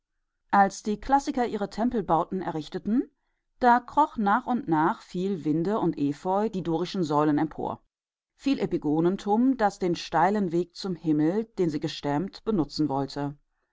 als die klassiker ihre tempelbauten errichteten da kroch nach und nach viel winde und efeu die dorischen säulen empor viel epigonentum das den steilen weg zum himmel den sie gestemmt benutzen wollte